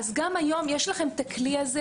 גם כיום יש לכם הכלי הזה.